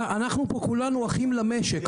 אנחנו פה כולנו אחים למשק,